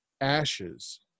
ashes